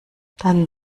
dann